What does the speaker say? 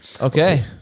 Okay